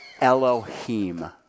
Elohim